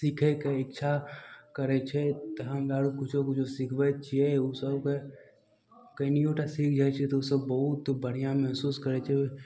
सीखयके इच्छा करय छै तऽ हमरा आर कुछो कुछो सिखबैत छियै उ सभके कनियोटा सीख जाइ छै तऽ उ सभ बहुत बढ़िआँ महसूस करय छै